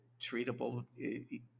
treatable